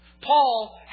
Paul